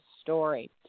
story